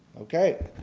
okay.